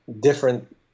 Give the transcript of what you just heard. different